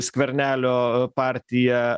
skvernelio partija